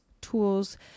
tools